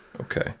okay